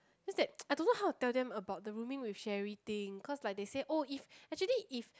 just that I don't know how to tell them about the rooming with Cherry thing because they say like oh if actually if